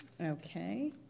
Okay